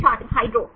छात्र हाइड्रो